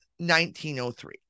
1903